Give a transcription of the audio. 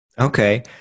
Okay